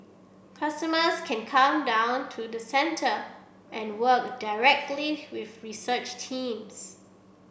customers can come down to the centre and work directly with research teams